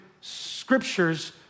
scriptures